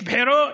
יש בחירות,